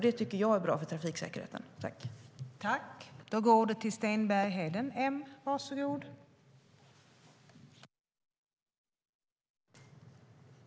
Det tycker jag är bra för trafiksäkerheten.